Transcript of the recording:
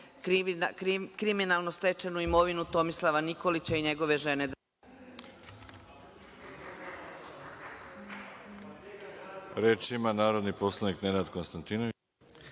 kriminalno stečenu imovinu Tomislava Nikolića i Dragice.